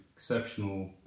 Exceptional